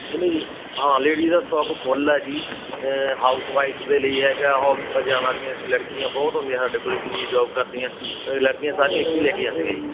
ਨਹੀਂ ਨਹੀਂ ਹਾਂ ਲੇਡਿਜ ਦਾ ਸਟੋਕ ਫੁੱਲ ਹੈ ਜੀ ਹਾਊਸਵਾਈਫ ਦੇ ਲਈ ਹੈਗਾ ਔੱਫਿਸ ਜਾਣ ਵਾਲੀਆਂ ਅ ਲੜਕੀਆਂ ਬਹੁਤ ਆਉਂਦੀਆਂ ਸਾਡੇ ਕੋਲ ਜਿੰਨੀਆਂ ਜੋਬ ਕਰਦੀਆਂ ਲੜਕੀਆਂ ਸਾਰੀਆਂ ਇੱਥੋਂ ਹੀ ਲੈ ਕੇ ਜਾਂਦੀਆਂ ਜੀ